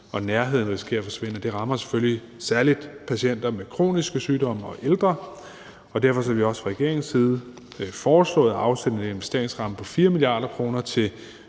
og nærheden risikerer at forsvinde. Det rammer selvfølgelig særlig patienter med kroniske sygdomme og ældre, og derfor har vi jo også fra regeringens side foreslået at afsætte en investeringsramme på 4 mia. kr. til